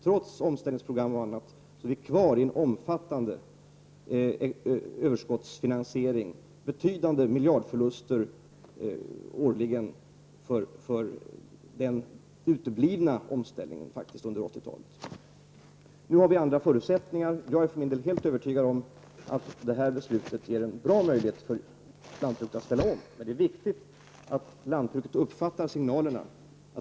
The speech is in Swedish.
Trots omställningspro gram och annat är vi kvar i en omfattande överskottsfinansiering och betydande miljardförluster årligen för den under 80-talet faktiskt uteblivna omställningen. Nu har vi andra förutsättningar, och jag är för min del helt övertygad om att detta beslut ger en bra möjlighet för lantbruket att ställa om. Det är emellertid viktigt att lantbruket uppfattar signalerna.